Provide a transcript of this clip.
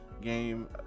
game